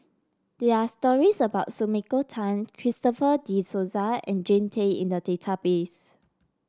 there are stories about Sumiko Tan Christopher De Souza and Jean Tay in the database